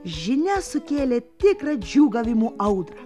žinia sukėlė tikrą džiūgavimų audrą